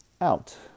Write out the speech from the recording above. out